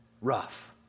Rough